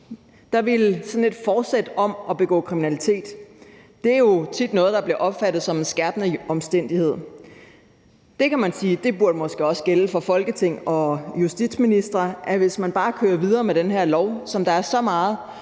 ville sådan et fortsæt om at begå kriminalitet tit være noget, der bliver opfattet som en skærpende omstændighed. Man kan sige, at det måske også burde gælde for Folketing og justitsministre, at hvis man bare kører videre med den her lov, som der er så meget